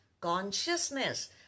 consciousness